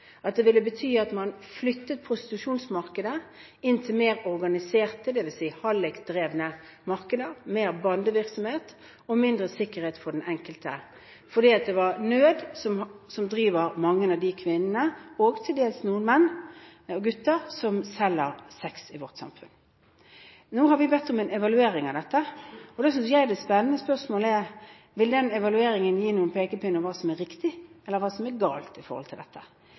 ville bety at man flyttet prostitusjonsmarkedet inn til mer organiserte, dvs. hallikdrevne, markeder, mer bandevirksomhet og mindre sikkerhet for den enkelte. For det er nød som driver mange av de kvinnene og til dels noen menn og gutter som selger sex i vårt samfunn. Nå har vi bedt om en evaluering av dette. Da synes jeg det spennende spørsmålet er om den evalueringen vil gi noen pekepinn på hva som er riktig eller hva som er galt i